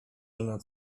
nad